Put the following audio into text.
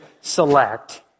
select